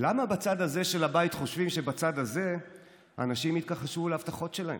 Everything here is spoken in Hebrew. למה בצד הזה של הבית חושבים שבצד הזה אנשים יתכחשו להבטחות שלהם?